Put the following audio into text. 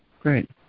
Great